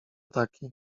taki